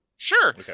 Sure